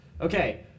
Okay